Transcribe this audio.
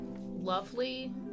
Lovely